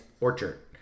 orchard